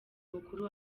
mukuru